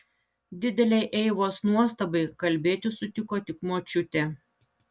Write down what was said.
didelei eivos nuostabai kalbėti sutiko tik močiutė